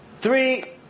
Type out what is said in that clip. Three